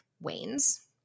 wanes